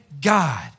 God